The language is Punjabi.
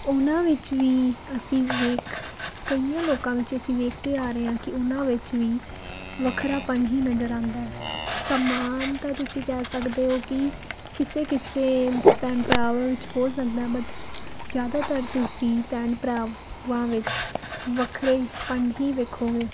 ਉਹਨਾਂ ਵਿੱਚ ਵੀ ਅਸੀਂ ਵੇਖ ਕਈਆਂ ਲੋਕਾਂ ਵਿੱਚ ਅਸੀਂ ਵੇਖਦੇ ਆ ਰਹੇ ਹਾਂ ਕਿ ਉਹਨਾਂ ਵਿੱਚ ਵੀ ਵੱਖਰਾਪਣ ਹੀ ਨਜ਼ਰ ਆਉਂਦਾ ਸਮਾਨ ਤਾਂ ਤੁਸੀਂ ਕਹਿ ਸਕਦੇ ਹੋ ਕਿ ਕਿਸੇ ਕਿਸੇ ਭੈਣ ਭਰਾਵਾਂ ਵਿੱਚ ਹੋ ਸਕਦਾ ਬਟ ਜ਼ਿਆਦਾਤਰ ਤੁਸੀਂ ਭੈਣ ਭਰਾਵਾਂ ਵਿੱਚ ਵੱਖਰੇਪਣ ਹੀ ਵੇਖੋਗੇ